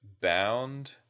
bound